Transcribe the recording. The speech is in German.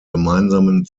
gemeinsamen